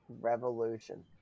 Revolution